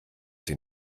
sie